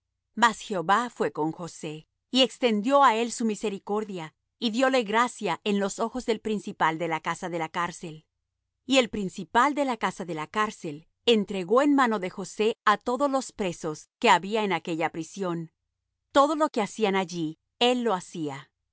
mas jehová fué con josé y extendió á él su misericordia y dióle gracia en ojos del principal de la casa de la cárcel y el principal de la casa de la cárcel entregó en mano de josé todos los presos que había en aquella prisión todo lo que hacían allí él lo hacía no